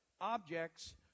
objects